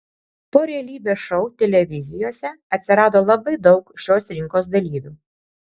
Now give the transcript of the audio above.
po realybės šou televizijose atsirado labai daug šios rinkos dalyvių